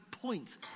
point